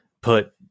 put